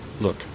Look